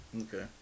Okay